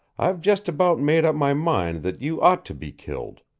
i've just about made up my mind that you ought to be killed.